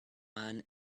man